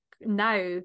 now